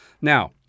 Now